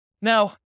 Now